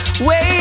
Wait